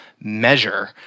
measure